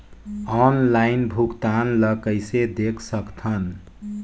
Online भुगतान ल कइसे देख सकथन?